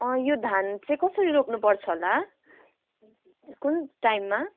यो धान चाहिँ कसरी रोप्नुपर्छ होला कुन टाइममा